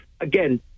again